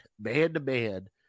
man-to-man